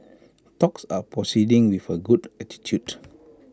talks are proceeding with A good attitude